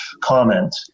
comment